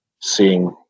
seeing